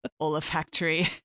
olfactory